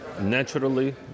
naturally